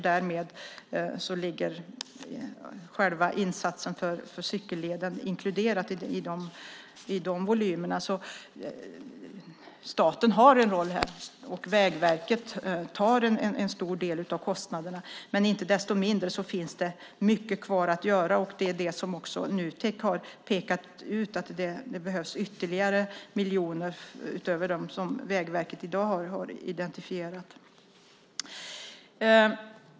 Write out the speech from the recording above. Därmed är själva insatsen för cykelleden inkluderad i volymerna. Staten har en roll här, och Vägverket tar en stor del av kostnaderna. Inte desto mindre återstår mycket att göra. Nutek har pekat ut att det behövs ytterligare miljoner utöver vad Vägverket i dag har identifierat.